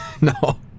No